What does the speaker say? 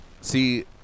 See